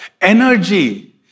energy